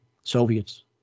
soviets